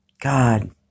God